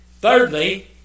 Thirdly